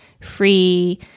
free